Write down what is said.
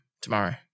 Tomorrow